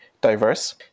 diverse